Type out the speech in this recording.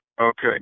okay